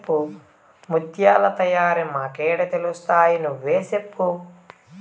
ముత్యాల తయారీ మాకేడ తెలుస్తయి నువ్వే సెప్పు